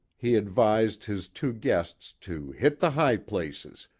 he advised his two guests to hit the high places,